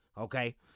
Okay